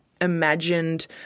imagined